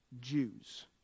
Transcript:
Jews